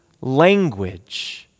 Language